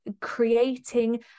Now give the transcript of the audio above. creating